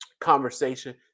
conversation